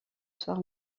soir